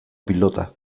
pilota